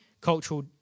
cultural